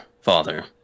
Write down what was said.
father